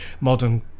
modern